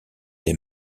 les